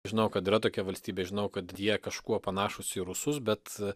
žinojau kad yra tokia valstybė žinau kad jie kažkuo panašūs į rusus bet